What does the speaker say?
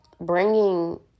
bringing